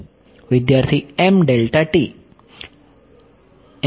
વિદ્યાર્થી M delta t